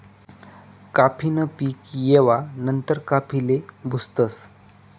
काफी न पीक येवा नंतर काफीले भुजतस